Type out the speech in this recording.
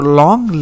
long